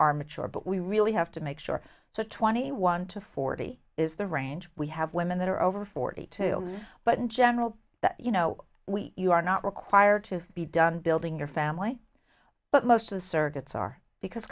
are mature but we really have to make sure so twenty one to forty is the range we have women that are over forty two but in general that you know we you are not required to be done building your family but most of the circuits are because